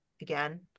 again